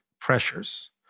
pressures